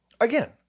Again